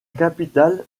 capitale